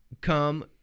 come